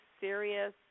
serious